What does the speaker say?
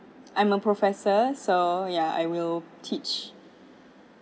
I'm a professor so ya I will teach